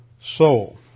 soul